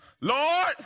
Lord